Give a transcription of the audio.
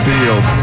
Field